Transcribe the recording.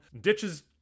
Ditches